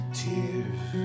tears